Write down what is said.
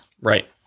Right